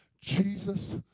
Jesus